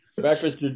Breakfast